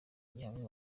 gihamya